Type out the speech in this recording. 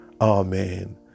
Amen